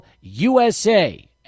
USA